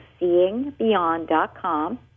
SeeingBeyond.com